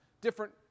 Different